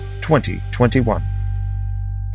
2021